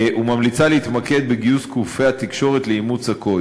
וממליצה להתמקד בגיוס גופי התקשורת לאימוץ הקוד.